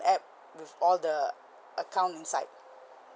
app with all the account inside